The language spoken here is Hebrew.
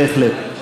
בהחלט.